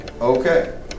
okay